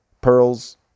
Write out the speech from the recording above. Pearls